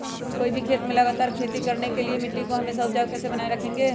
कोई भी खेत में लगातार खेती करने के लिए मिट्टी को हमेसा उपजाऊ कैसे बनाय रखेंगे?